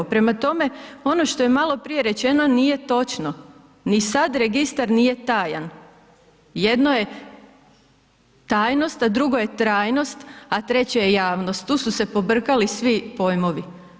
Prema tome, ono što je maloprije rečeno, nije točno, ni sad registar nije tajan, jedno je tajnost a drugo je trajnost a treće je javnost, tu su se pobrkali svi pojmovi.